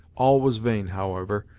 all was vain, however,